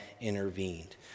intervened